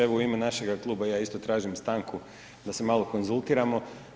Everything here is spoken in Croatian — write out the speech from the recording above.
Evo u ime našega kluba ja isto tražim stanku da se malo konzultiramo.